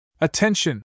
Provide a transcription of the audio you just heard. Attention